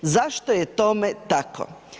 Zašto je tome tako?